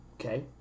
Okay